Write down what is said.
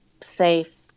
safe